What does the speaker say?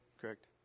correct